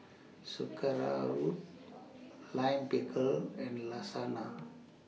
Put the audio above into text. Sauerkraut Lime Pickle and Lasagna